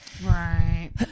Right